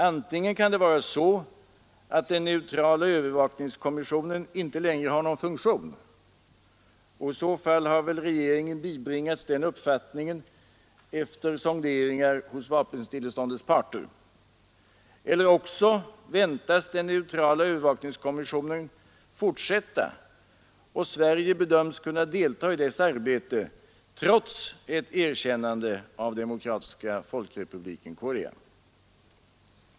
Antingen kan det vara så att den neutrala övervakningskommissionen inte längre har någon funktion — och i så fall har regeringen väl bibringats den uppfattningen efter sonderingar hos vapenstilleståndets parter — eller också väntas den neutrala övervakningskommissionen fortsätta, och Sverige bedöms kunna delta i dess arbete trots sitt erkännande av Demokratiska folkrepubliken Korea.